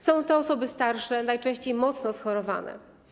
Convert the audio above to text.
Są to osoby starsze, najczęściej mocno schorowane.